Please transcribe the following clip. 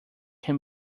can